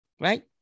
right